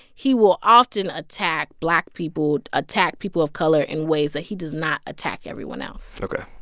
he will often attack black people, attack people of color in ways that he does not attack everyone else ok.